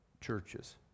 churches